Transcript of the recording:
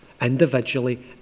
individually